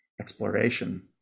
exploration